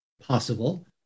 possible